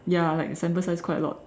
ya like sample size quite a lot